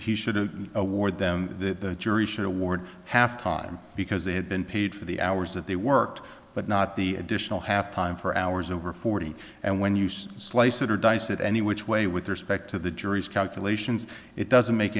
he shouldn't award them the jury should award half time because they had been paid for the hours that they worked but not the additional have time for hours over forty and when you slice it or dice it any which way with respect to the jury's calculations it doesn't make